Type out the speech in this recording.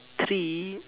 there's three